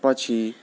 पछि